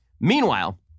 Meanwhile